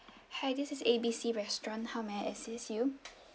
hi this is A B C restaurant how may I assist you